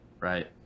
right